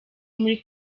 muri